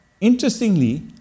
Interestingly